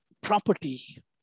property